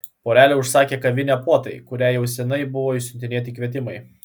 porelė užsakė kavinę puotai kuriai jau seniai buvo išsiuntinėti kvietimai